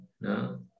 No